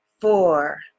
four